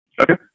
Okay